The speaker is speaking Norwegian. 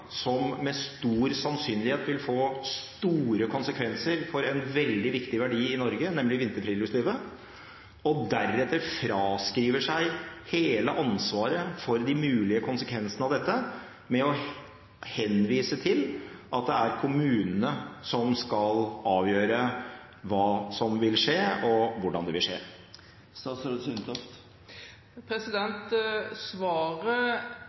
som med stor sannsynlighet vil få store konsekvenser for en veldig viktig verdi i Norge, nemlig vinterfriluftslivet, og deretter fraskriver seg hele ansvaret for de mulige konsekvensene av dette ved å henvise til at det er kommunene som skal avgjøre hva som vil skje, og hvordan det vil skje?